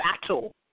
battle